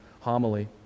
homily